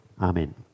Amen